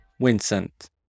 Vincent